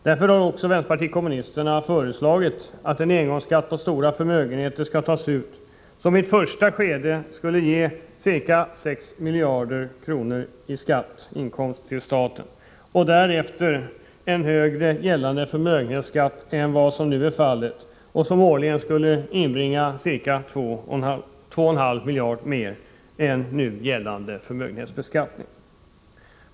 Därför har också vänsterpartiet kommunisterna föreslagit att en engångsskatt på stora förmögenheter skall tas ut, som i ett första skede skulle ge ca 6 miljarder i skatt — inkomst till staten — och därefter en högre förmögenhetsskatt än vad som nu är fallet och som årligen skulle inbringa ca 2,5 miljarder mer än nu gällande förmögenhetsbeskattning.